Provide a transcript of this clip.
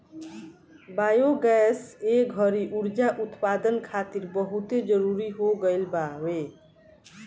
biogas ए घड़ी उर्जा उत्पदान खातिर बहुते जरुरी हो गईल बावे